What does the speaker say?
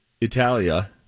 Italia